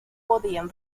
podían